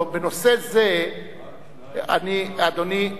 לא, בנושא זה אני, אדוני,